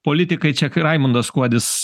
politikai čia k raimundas kuodis